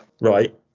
Right